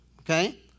Okay